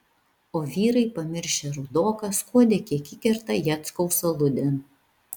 o vyrai pamiršę rudoką skuodė kiek įkerta jackaus aludėn